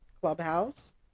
Clubhouse